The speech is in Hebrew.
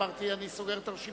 אמרתי: אני סוגר את הרשימה.